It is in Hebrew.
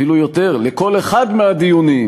אפילו יותר, לכל אחד מהדיונים,